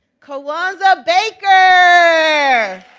kajuanza baker.